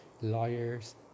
lawyers